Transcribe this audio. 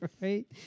Right